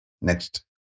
Next